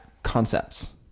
concepts